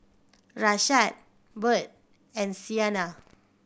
Rashaad Burt and Siena